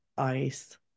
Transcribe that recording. ice